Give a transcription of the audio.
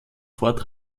fort